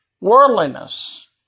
worldliness